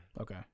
okay